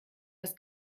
das